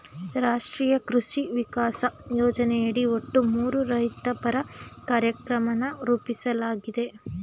ರಾಷ್ಟ್ರೀಯ ಕೃಷಿ ವಿಕಾಸ ಯೋಜನೆಯಡಿ ಒಟ್ಟು ಮೂರು ರೈತಪರ ಕಾರ್ಯಕ್ರಮನ ರೂಪಿಸ್ಲಾಗಿದೆ